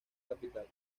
capital